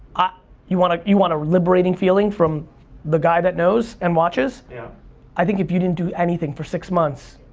ah you want ah you want a liberating feeling from the guy that knows and watches? yeah i think if you didn't do anything for six months,